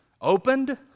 Opened